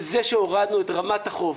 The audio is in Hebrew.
בזה שהורדנו את רמת החוב,